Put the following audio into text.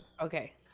Okay